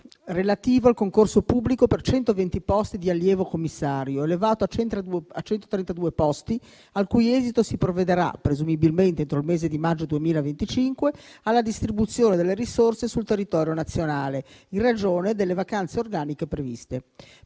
relativo al concorso pubblico per 120 posti di allievo commissario, elevato a 132 posti, al cui esito si provvederà, presumibilmente entro il mese di maggio 2025, alla distribuzione delle risorse sul territorio nazionale in ragione delle vacanze organiche previste.